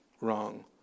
wrong